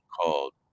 called